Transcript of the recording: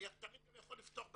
אני תמיד גם יכול לפתוח בחזרה.